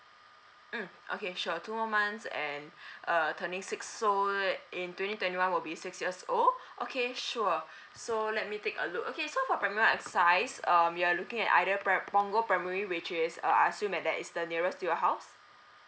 mm okay sure two more months and err turning six so in twenty twenty one will be six years old okay sure so let me take a look okay so primary one exercise um you are looking at either pri~ punggol primary which is uh I assume that that is the nearest to your house